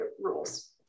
rules